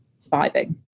surviving